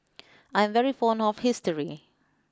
I'm very fond of history